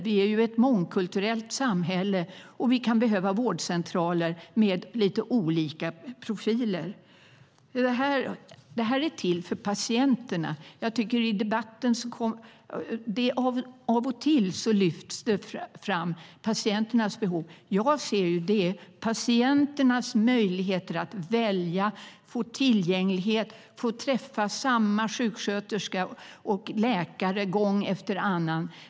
Vi är ju ett mångkulturellt samhälle och kan behöva vårdcentraler med lite olika profiler. Detta är till för patienterna. Av och till lyfts patienternas behov fram i debatten. Det jag ser är patienternas möjligheter att välja, att få tillgång, att få träffa samma sjuksköterska och läkare gång efter annan.